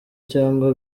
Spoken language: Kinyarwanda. cyangwa